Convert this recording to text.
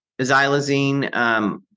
Xylazine